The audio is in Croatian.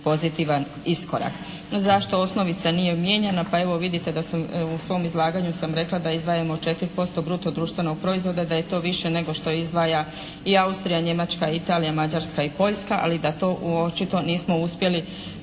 pozitivan iskorak. Zašto osnovica nije mijenjana? Pa evo, vidite da sam, u svom izlaganju sam rekla da izdvajamo 4% bruto društvenog proizvoda, da je to više nego što izdvaja i Austrija, Njemačka, Italija, Mađarska i Poljska, ali da to očito nismo uspjeli